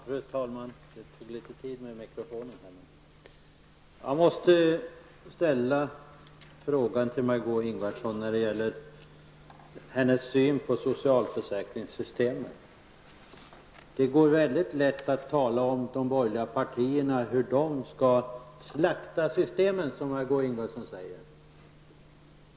Fru talman! Jag måste ställa en fråga till Margó Ingvardsson som gäller hennes syn på socialförsäkringssystemet. Det går väldigt lätt att som Margó Ingvardsson tala om hur de borgerliga partierna skall slakta systemen.